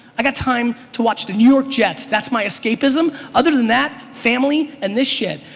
i got time to watch the new york jets, that's my escapism. other than that, family and this shit.